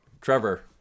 Trevor